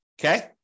Okay